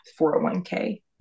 401k